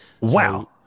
Wow